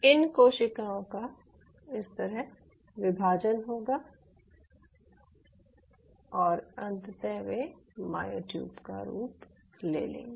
इन कोशिकाओं का इस तरह विभाजन होगा और अंततः वे मायोट्यूब का रूप ले लेंगी